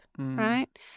Right